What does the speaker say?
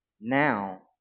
now